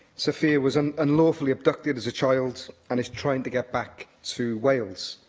safia was um unlawlfully abducted as a child, and is trying to get back to wales.